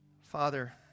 Father